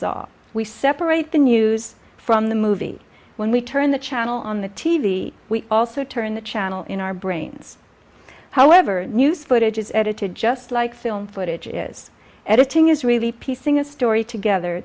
saw we separate the news from the movie when we turn the channel on the t v we also turn the channel in our brains however news footage is edited just like film footage is editing is really piecing a story together